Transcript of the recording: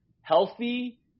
healthy –